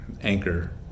Anchor